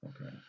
Okay